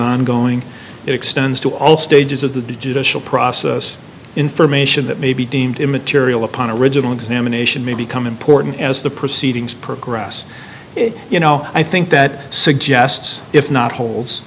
ongoing it extends to all stages of the digital process information that may be deemed immaterial upon original examination may become important as the proceedings progress you know i think that suggests if not hol